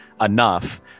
enough